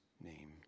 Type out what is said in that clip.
name